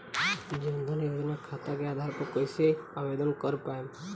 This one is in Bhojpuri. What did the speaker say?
जन धन योजना खाता के आधार पर हम कर्जा कईसे आवेदन कर पाएम?